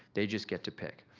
they just get to pick.